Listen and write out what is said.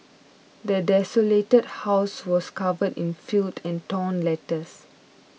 the desolated house was covered in filth and torn letters